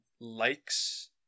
likes